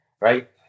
Right